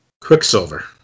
Quicksilver